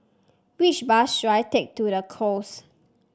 which bus should I take to The Knolls